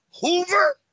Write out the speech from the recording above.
Hoover